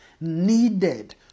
needed